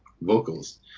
vocals